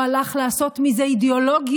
לא הלך לעשות מזה אידיאולוגיה,